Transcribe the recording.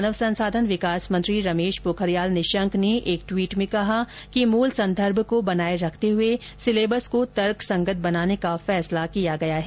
मानव संसाधन विकास मंत्री रमेश पोखरियाल निशंक ने एक टवीट में कहा कि मुल संदर्भ को बनाए रखते हुए सिलेबस को तर्कसंगत बनाने का फैसला किया गया है